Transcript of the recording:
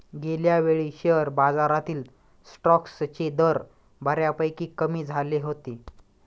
गेल्यावेळी शेअर बाजारातील स्टॉक्सचे दर बऱ्यापैकी कमी झाले होते